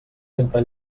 sempre